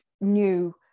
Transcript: new